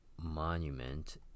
monument